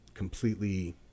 Completely